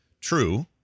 true